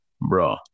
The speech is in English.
bro